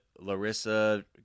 Larissa